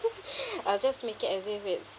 I'll just make it as if it's